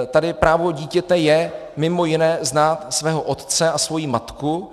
Tady právo dítěte je mimo jiné znát svého otce a svoji matku.